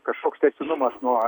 kažkoks tęstinumas nuo